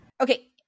Okay